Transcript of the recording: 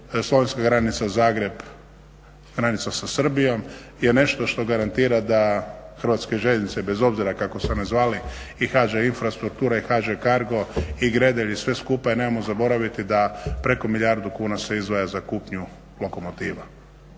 slovenska granica-Zagreb-granica sa Srbijom je nešto što garantira da Hrvatske željeznice bez obzira kako se one zvale i HŽ infrastruktura i HŽ cargo i Gredelj i sve skupa, i nemojmo zaboraviti da preko milijardu kuna se izdvaja za kupnju lokomotiva.